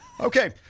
Okay